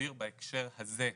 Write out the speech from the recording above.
סביר בהקשר הזה,